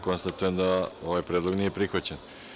Konstatujem da ovaj predlog nije prihvaćen.